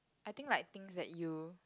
I think like things that you